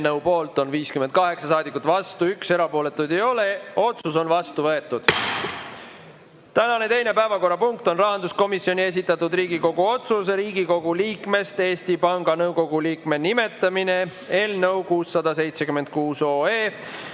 poolt on 58 saadikut, vastu 1, erapooletuid ei ole. Otsus on vastu võetud. Tänane teine päevakorrapunkt on rahanduskomisjoni esitatud Riigikogu otsuse "Riigikogu liikmest Eesti Panga Nõukogu liikme nimetamine" eelnõu 676